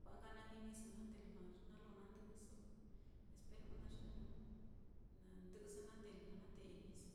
kua'a nka na jiniso naá, te lujua ye naá lo nandɨ'ɨso espeju naá ye nandɨ'ɨso naá te lujua iniso.